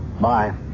Bye